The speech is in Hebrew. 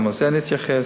גם לזה נתייחס.